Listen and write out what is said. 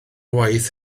waith